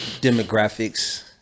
demographics